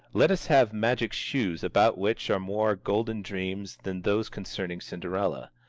let us have magic shoes about which are more golden dreams than those concerning cinderella.